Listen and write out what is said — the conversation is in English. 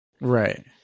Right